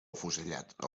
afusellat